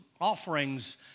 offerings